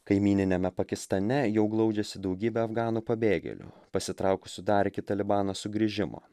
kaimyniniame pakistane jau glaudžiasi daugybė afganų pabėgėlių pasitraukusių dar iki talibano sugrįžimo